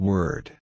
Word